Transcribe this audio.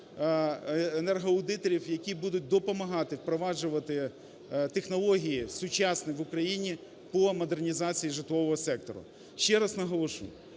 найкращихенергоаудиторів, які будуть допомагати впроваджувати технології сучасні в Україні по модернізації житлового сектору. Ще раз наголошую,